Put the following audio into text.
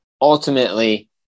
ultimately